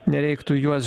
nereiktų juos